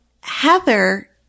Heather